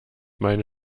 meine